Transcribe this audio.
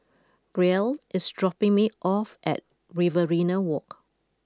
Brielle is dropping me off at Riverina Walk